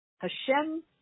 Hashem